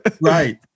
Right